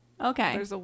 okay